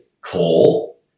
Coal